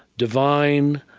divine,